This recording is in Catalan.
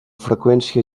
freqüència